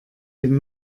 den